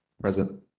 present